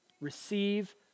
Receive